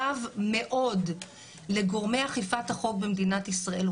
רב מאוד לגורמי אכיפת החוק במדינת ישראל,